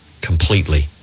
Completely